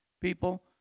people